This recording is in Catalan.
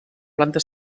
planta